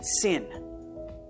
sin